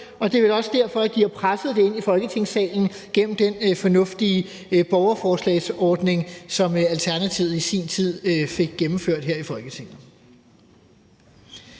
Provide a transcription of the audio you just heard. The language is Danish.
og det er vel også derfor, de har presset det ind i Folketingssalen gennem den fornuftige borgerforslagsordning, som Alternativet i sin tid fik gennemført her i Folketinget.